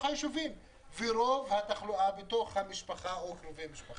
הישובים ורוב התחלואה בתוך המשפחה וקרובי משפחה.